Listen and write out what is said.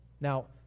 Now